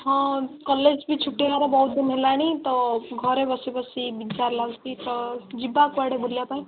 ହଁ କଲେଜ୍ ବି ଛୁଟି ହବାର ବହୁତ ଦିନ ହେଲାଣି ତ ଘରେ ବସି ବସି ବିଜାର ଲାଗୁଛି ତ ଯିବା କୁଆଡ଼େ ବୁଲିବାପାଇଁ